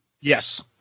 Yes